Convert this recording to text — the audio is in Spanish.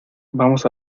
vamos